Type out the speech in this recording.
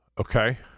Okay